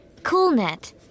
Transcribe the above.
Coolnet